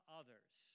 others